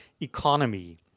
economy